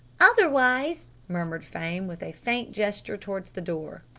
otherwise murmured flame with a faint gesture towards the door.